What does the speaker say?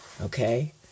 Okay